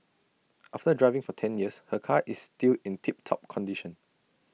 after driving for ten years her car is still in tip top condition